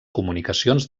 comunicacions